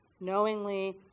knowingly